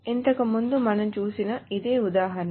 ఇంతకుముందు మనం చూసిన ఇదే ఉదాహరణ